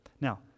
Now